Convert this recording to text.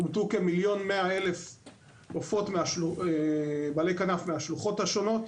אומתו כ-1,100,000 בעלי כנף מהשלוחות השונות.